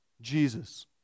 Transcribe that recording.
Jesus